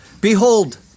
behold